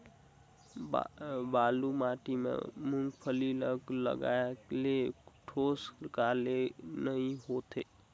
बालू माटी मा मुंगफली ला लगाले ठोस काले नइ होथे?